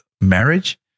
marriage